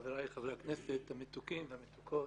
חבריי חברי הכנסת המתוקים והמתוקות,